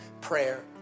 prayer